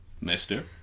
Mister